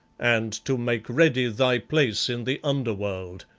and to make ready thy place in the under-world.